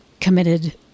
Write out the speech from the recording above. committed